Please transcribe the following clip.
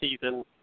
season